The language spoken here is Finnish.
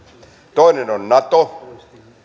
toinen on nato